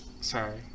Sorry